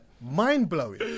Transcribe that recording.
mind-blowing